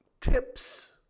tips